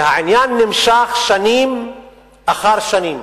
והעניין נמשך שנים אחר שנים.